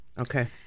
Okay